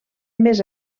més